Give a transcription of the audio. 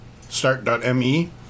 start.me